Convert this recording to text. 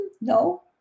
No